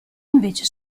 invece